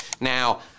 Now